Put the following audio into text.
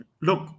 Look